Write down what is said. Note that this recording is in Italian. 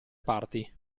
parti